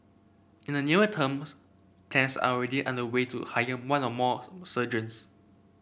in the near terms plans are already underway to hire one or more surgeons